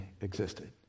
existed